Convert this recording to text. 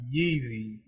Yeezy